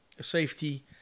safety